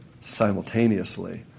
simultaneously